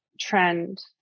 trend